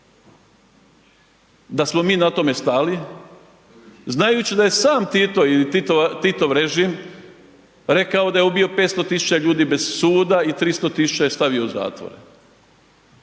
da smo mi na tome stali znajući da je sam Tito ili Titov režim rekao da je ubio 500 000 ljudi bez suda i 300 000 je stavio u zatvor.